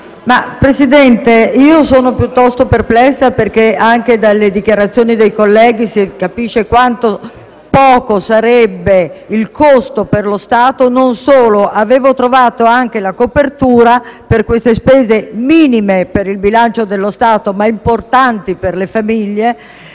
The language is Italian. Presidente, sono piuttosto perplessa. Infatti, anche dalle dichiarazioni dei colleghi si capisce quanto limitato sarebbe il costo per lo Stato. Non solo: avevo anche trovato la copertura per queste spese minime per il bilancio dello Stato, ma importanti per le famiglie,